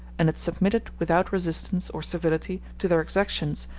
and it submitted without resistance or servility to their exactions,